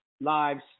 lives